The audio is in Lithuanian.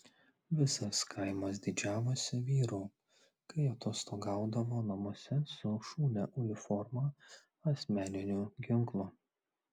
visas kaimas didžiavosi vyru kai atostogaudavo namuose su šaunia uniforma asmeniniu ginklu